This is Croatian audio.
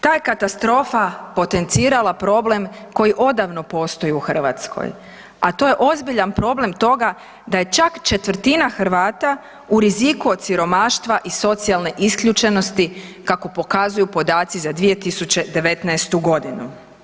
Ta je katastrofa potencirala problem koji odavno postoji u Hrvatskoj, a to je ozbiljan problem toga da je čak četvrtina Hrvata u riziku od siromaštva i socijalne isključenosti kako pokazuju podaci za 2019. godinu.